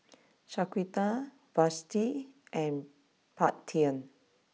Shaquita Vashti and Paityn